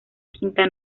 quinta